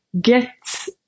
get